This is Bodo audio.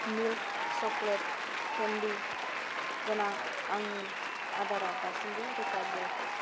मिल्क चक'लेट कैंडी गोनां आंनि आदारा दासिमबो रोखा जायाखै